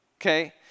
okay